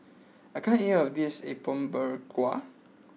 I can't eat all of this Apom Berkuah